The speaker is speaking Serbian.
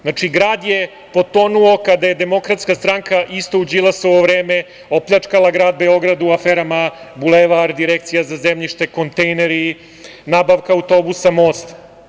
Znači, grad je potonuo kada je DS, isto u Đilasovo vreme, opljačkala grad Beograd u aferama „Bulevar“, direkcija za zemljište, kontejneri, nabavka autobusa, most.